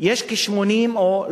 יש כ-80 אסירים,